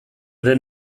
ere